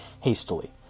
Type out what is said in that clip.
hastily